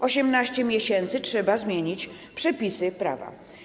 18 miesięcy - trzeba zmienić przepisy prawa.